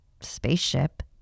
spaceship